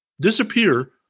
disappear